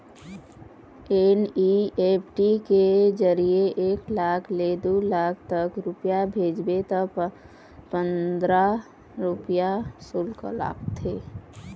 NEFT के जरिए एक लाख ले दू लाख तक रूपिया भेजबे त पंदरा रूपिया सुल्क लागथे